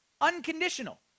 Unconditional